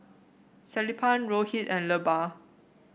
Sellapan Rohit and Bellur